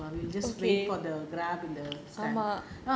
we will just wait for the Grab in the stand